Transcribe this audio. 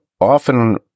often